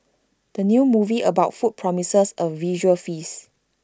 the new movie about food promises A visual feast